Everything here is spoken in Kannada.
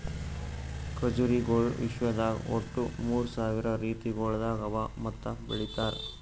ಖಜುರಿಗೊಳ್ ವಿಶ್ವದಾಗ್ ಒಟ್ಟು ಮೂರ್ ಸಾವಿರ ರೀತಿಗೊಳ್ದಾಗ್ ಅವಾ ಮತ್ತ ಬೆಳಿತಾರ್